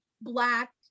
black